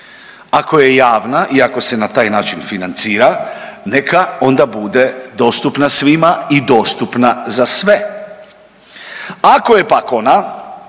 Ako je javna i ako se na taj način financira neka onda bude dostupna svima i dostupna za sve. Ako je pak ona